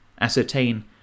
ascertain